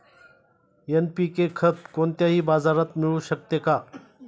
NPK खत कोणत्याही बाजारात मिळू शकते का?